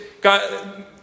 God